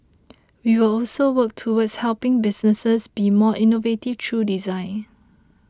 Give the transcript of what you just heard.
we will also work towards helping businesses be more innovative through design